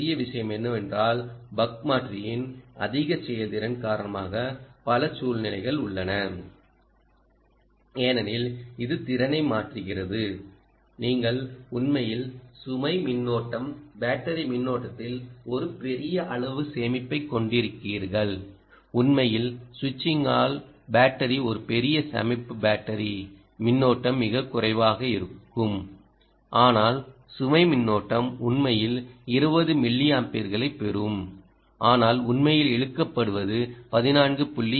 இந்த சிறிய விஷயம் என்னவென்றால் பக் மாற்றியின் அதிக செயல்திறன் காரணமாக பல சூழ்நிலைகள் உள்ளன ஏனெனில் இது திறனை மாற்றுகிறது நீங்கள் உண்மையில் சுமை மின்னோட்டம் பேட்டரி மின்னோட்டத்தில் ஒரு பெரிய அளவு சேமிப்பைக் கொண்டிருக்கிறீர்கள் உண்மையில் சுவிட்சிங்கால் பேட்டரி ஒரு பெரிய சேமிப்பு பேட்டரி மின்னோட்டம் மிகக் குறைவாக இருக்கும் ஆனால் சுமை மின்னோட்டம் உண்மையில் 20 மில்லியாம்பியர்களைப் பெறும் ஆனால் உண்மையில் இழுக்கப்படுவது 14